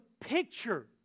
picture